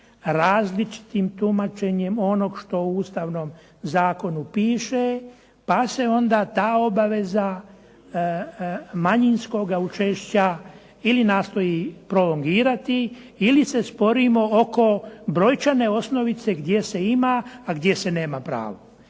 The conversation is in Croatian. različitim tumačenjem onog što u Ustavnom zakonu piše, pa se onda ta obaveza manjinskoga učešća ili nastoji prolongirati ili se sporimo oko brojčane osnovice gdje se ima, a gdje se nema pravo.